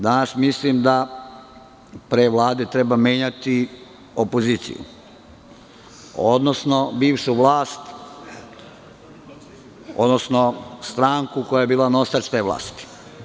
Danas mislim da pre Vlade treba menjati opoziciju, odnosno bivšu vlast, odnosno stranku koja je bila nosilac te vlasti.